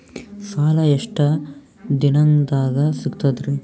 ಸಾಲಾ ಎಷ್ಟ ದಿಂನದಾಗ ಸಿಗ್ತದ್ರಿ?